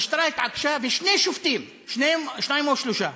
המשטרה התעקשה ושני שופטים, שניים או שלושה?